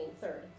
third